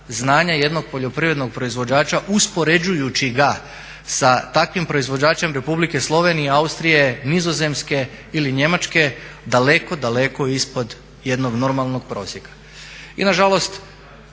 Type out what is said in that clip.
znanja jednog poljoprivrednog proizvođača uspoređujući ga sa takvim proizvođačem Republike Slovenije, Austrije, Nizozemske ili Njemačke daleko, daleko ispod jednog normalnog prosjeka. I nažalost,